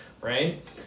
right